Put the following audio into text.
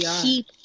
keep